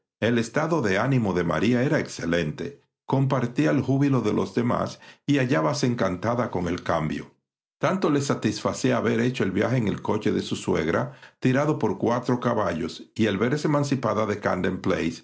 el estado de ánimo de maría era excelente compartía el júbilo de los demás y hallábase encantada con el cambio tanto le satisfacía haber hecho el viaje en el coche de su suegra tirado por cuatro caballos y el verse emancipada de